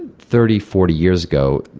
thirty, forty years ago,